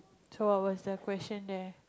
so what was the question there